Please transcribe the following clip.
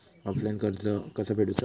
Offline कर्ज कसा फेडूचा?